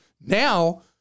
Now